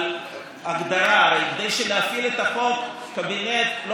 תתפלאי, חברת הכנסת סטרוק, בקבינט,